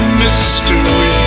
mystery